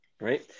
Right